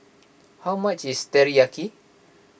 how much is Teriyaki